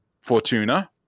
Fortuna